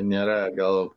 nėra gal